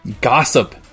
gossip